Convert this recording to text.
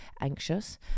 anxious